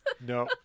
No